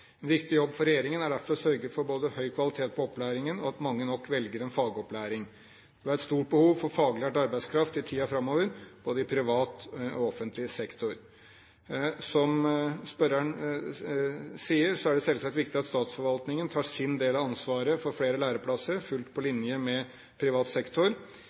En viktig jobb for regjeringen er derfor å sørge for både høy kvalitet på opplæringen og at mange nok velger en fagopplæring. Vi har et stort behov for faglært arbeidskraft i tiden framover både i privat og i offentlig sektor. Som spørreren sier, er det selvsagt viktig at statsforvaltningen tar sin del av ansvaret for flere læreplasser, fullt på linje med privat sektor.